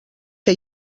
que